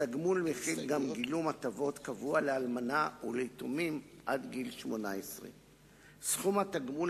התגמול מכיל גם גילום הטבות קבוע לאלמנה וליתומים עד גיל 18. סכום התגמול